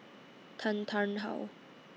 Tan Tarn How